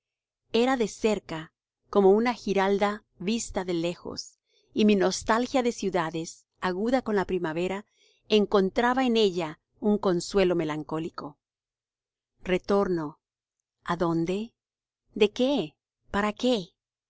era de cerca como una giralda vista de lejos y mi nostalgia de ciudades aguda con la primavera encontraba en ella un consuelo melancólico retorno adonde de qué para qué